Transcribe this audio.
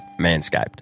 Manscaped